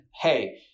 hey